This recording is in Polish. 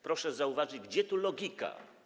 Proszę zauważyć, gdzie tu logika?